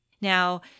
Now